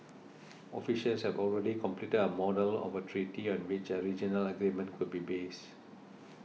officials have already completed a model of a treaty on which a regional agreement could be based